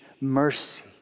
mercy